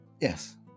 Yes